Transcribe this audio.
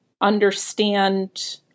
understand